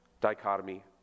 dichotomy